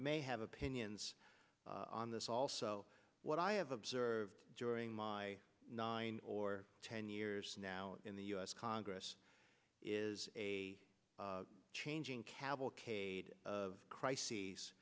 may have opinions on this also what i have observed during my nine or ten years now in the u s congress is a changing cavalcade of crises